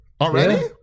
Already